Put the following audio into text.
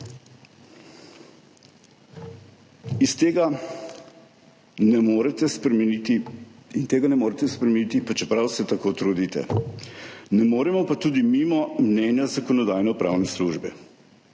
Tega ne morete spremeniti, pa čeprav se tako trudite. Ne moremo pa tudi mimo mnenja Zakonodajno-pravne službe.